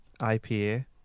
IPA